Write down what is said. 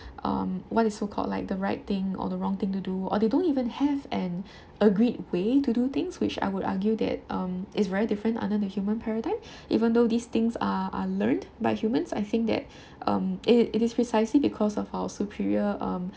um what is so called like the right thing or the wrong thing to do or they don't even have an agreed way to do things which I would argue that um is very different under the human paradigm even though these things are are learnt by humans I think that um it it is precisely because of how superior um